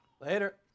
Later